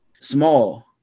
small